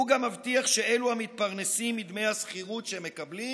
היא גם מבטיחה שאלו המתפרנסים מדמי השכירות שהם מקבלים